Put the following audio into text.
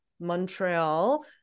Montreal